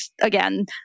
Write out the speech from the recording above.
again